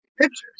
pictures